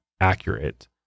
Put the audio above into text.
accurate